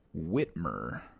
whitmer